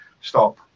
stop